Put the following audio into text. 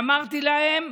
אמרתי להם: